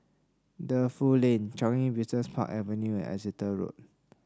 Defu Lane Changi Business Park Avenue and Exeter Road